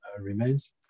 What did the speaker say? remains